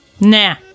Nah